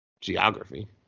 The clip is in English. Geography